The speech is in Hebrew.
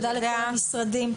תודה לכל המשרדים,